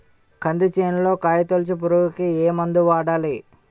కంది చేనులో కాయతోలుచు పురుగుకి ఏ మందు వాడాలి?